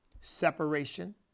Separation